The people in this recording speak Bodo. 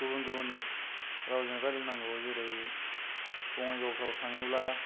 गुबुन गुबुन रावजों रायज्लायनांगौ जेरै बङाइगावफोराव थाङोब्ला